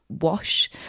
wash